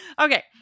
Okay